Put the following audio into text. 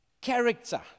Character